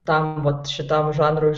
tam vat šitam žanrui